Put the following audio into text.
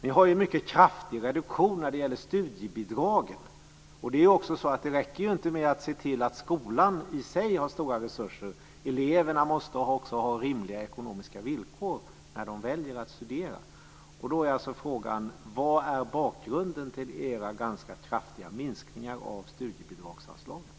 Ni har en mycket kraftig reduktion när det gäller studiebidragen. Det räcker inte med att se till att skolan i sig har stora resurser, utan eleverna måste också ha rimliga ekonomiska villkor när de väljer att studera. Då är alltså frågan: Vad är bakgrunden till era ganska kraftiga minskningar av studiebidragsanslagen?